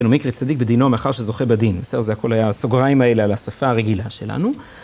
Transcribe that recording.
מיקרי צדיק בדינו מאחר שזוכה בדין, בסדר? זה הכל היה סוגריים האלה על השפה הרגילה שלנו